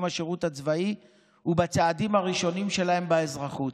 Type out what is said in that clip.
השירות הצבאי ובצעדים הראשונים שלהם באזרחות.